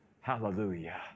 Hallelujah